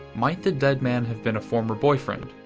might the dead man have been a former boyfriend,